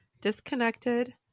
disconnected